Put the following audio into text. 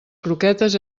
croquetes